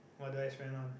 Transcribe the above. what do I spend on